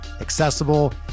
accessible